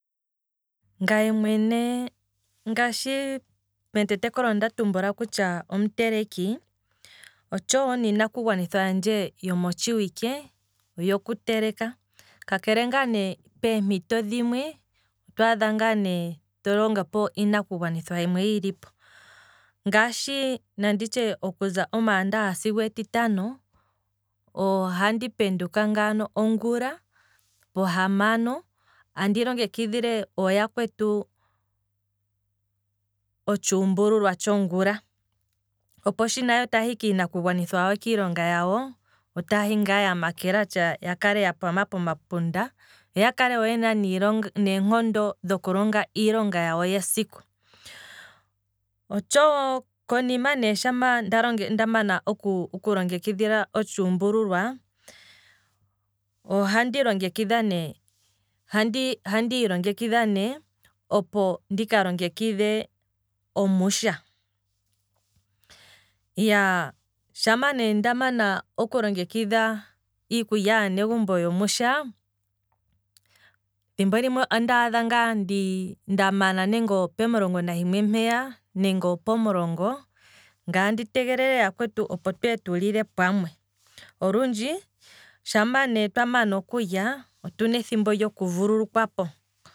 Ngaye mwene ngaashi metetekelo onda tumbula kutya omuteleki, otshowo niinaku gwanithwa yandje yomotshiwike oku teleka, ka kele ngaa ne peempito dhimwe otwaadha ngaa te longopo iinaku gwanithwa yimwe yili po, ngaashi nanditye okuza omaandaha sigo etitano, ohandi penduka ngaano ongula, pohamano andi longekidhile yakwetu otshuumbululwa tshongula, opo yo nayo shi taahi kiilonga, kiina kugwanithwa yawo yongula, opo ngaa yahe ya pama pomapunda, yo yakale yena eenkondo dhoku longa iilonga yawo yesiku, otshowo, konima shampa nda mana oku longekidha otshuumbululwa, ohandi longekidha ne, oha ndiilokedhina ne opo ndika longekidhe omusha, iyaa, shampa ne ndamana okulongekidha iikulya yaanegumbo yomusha, thimbo limwe andi adhika ngaa ndamana nande olo pemulongo nahimwe mpeya, nenge opomulongo, ngaye andi tege yakwetu opo twee tulile pamwe, olundji sha twamana okulya, otuna ethimbo lyoku vululukwa po